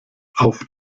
auf